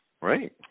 Right